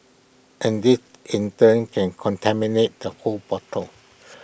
and this in turn can contaminate the whole bottle